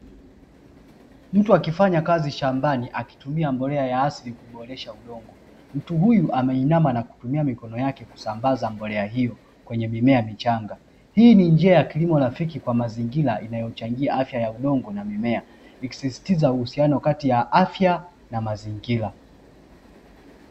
Mtu akifanya kazi shambani akitumia mbolea ya asili kuboresha udongo, mtu huyu ameinama na kutumia mikono yake kusambaza mbolea hiyo kwenye mimea michanga. Hii ni njia ya kilimo rafiki kwa mazingira inayochangia afya ya udongo na mimea, ikisisitiza uhusiano kati ya afya na mazingira.